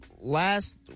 last